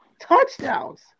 touchdowns